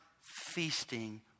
feasting